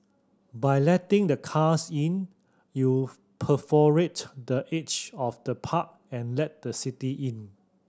by letting the cars in you perforate the edge of the park and let the city in